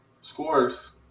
scores